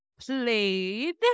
played